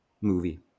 movie